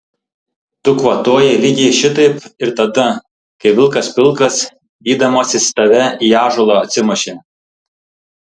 tu kvatojai lygiai šitaip ir tada kai vilkas pilkas vydamasis tave į ąžuolą atsimušė